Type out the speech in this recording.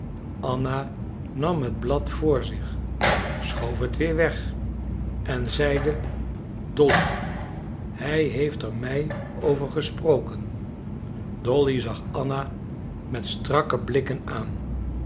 anna nam het blad voor zich schoof het weer weg en zeide dolly hij heeft er mij over gesproken dolly zag anna met strakke blikken aan